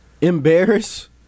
Embarrass